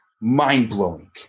mind-blowing